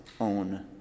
own